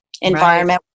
environment